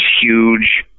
huge